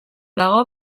dago